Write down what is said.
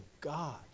God